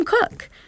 cook